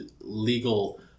legal